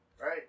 right